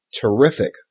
terrific